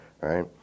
right